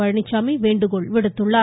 பழனிச்சாமி வேண்டுகோள் விடுத்துள்ளார்